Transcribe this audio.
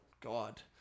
God